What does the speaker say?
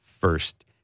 first